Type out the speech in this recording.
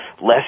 less